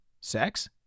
Sex